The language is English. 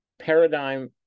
paradigm